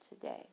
today